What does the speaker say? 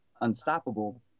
unstoppable